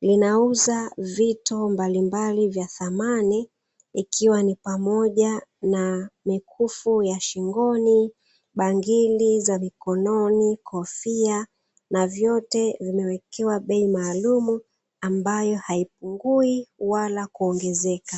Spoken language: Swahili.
linauza vito mbalimbali vya thamani, ikiwa ni pamoja na: mikufu ya shingoni, bangili za mikononi, kofia, na vyote vimewekewa bei maalumu ambayo haipungui wala kuongezeka.